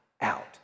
out